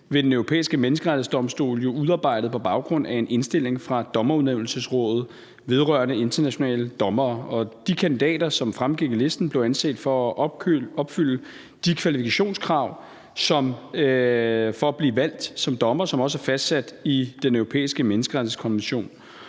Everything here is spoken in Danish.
ved Den Europæiske Menneskerettighedsdomstol jo udarbejdet på baggrund af en indstilling fra Dommerudnævnelsesrådet vedrørende internationale dommerstillinger mv., og de kandidater, som fremgik af listen, blev anset for at opfylde de kvalifikationskrav for at blive valgt som dommer, som også er fastsat i Den Europæiske Menneskerettighedskonvention.